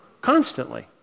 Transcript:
constantly